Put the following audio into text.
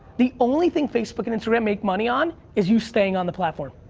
the only thing facebook and instagram make money on is you staying on the platform.